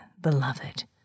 beloved